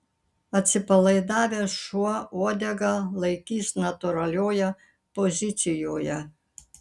atsipalaidavęs šuo uodegą laikys natūralioje pozicijoje